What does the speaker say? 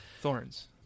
Thorns